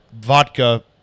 vodka